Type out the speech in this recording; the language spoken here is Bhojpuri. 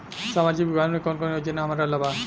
सामाजिक विभाग मे कौन कौन योजना हमरा ला बा?